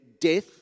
death